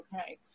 okay